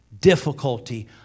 difficulty